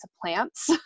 plants